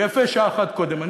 ויפה שעה אחת קודם.